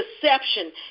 deception